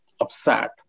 upset